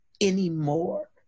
anymore